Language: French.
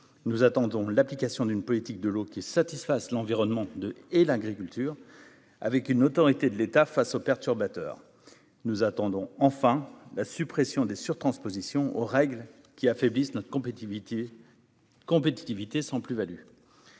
nous attendons l'application d'une politique de l'eau qui satisfasse l'environnement de et l'agriculture, avec une autorité de l'État face aux perturbateurs, nous attendons, enfin la suppression des sur-transpositions aux règles qui affaiblissent notre compétitivité compétitivité